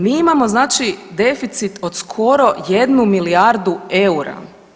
Mi imamo znači deficit od skoro 1 milijardu EUR-a.